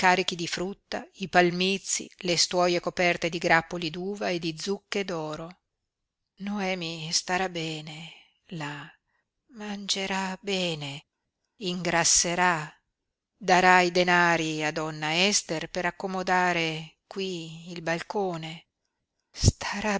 carichi di frutta i palmizi le stuoie coperte di grappoli d'uva e di zucche d'oro noemi starà bene là mangerà bene ingrasserà darà i denari a donna ester per accomodare qui il balcone starà